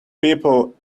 people